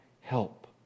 help